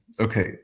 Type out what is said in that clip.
Okay